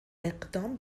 اقدام